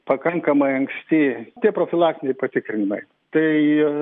pakankamai anksti tie profilaktiniai patikrinimai tai